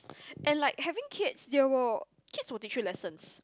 and like having kids they will kids will teach you lessons